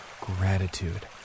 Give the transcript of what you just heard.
gratitude